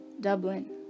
Dublin